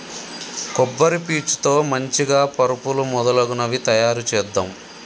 కొబ్బరి పీచు తో మంచిగ పరుపులు మొదలగునవి తాయారు చేద్దాం